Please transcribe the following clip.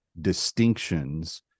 distinctions